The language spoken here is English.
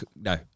no